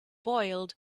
boiled